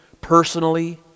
personally